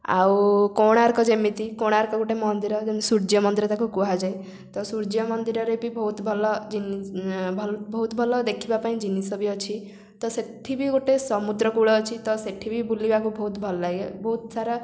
ଆଉ କୋଣାର୍କ ଯେମିତି କୋଣାର୍କ ଗୋଟେ ମନ୍ଦିର ଯେମିତି ସୂର୍ଯ୍ୟ ମନ୍ଦିର ତାକୁ କୁହାଯାଏ ତ ସୂର୍ଯ୍ୟ ମନ୍ଦିରରେ ବି ବହୁତ ଭଲ ବହୁତ ଭଲ ଦେଖିବା ପାଇଁ ଜିନିଷ ବି ଅଛି ତ ସେଠି ବି ଗୋଟେ ସମୁଦ୍ର କୂଳ ଅଛି ତ ସେଠି ବି ବୁଲିବାକୁ ବହୁତ ଭଲ ଲାଗେ ବହୁତ ସାରା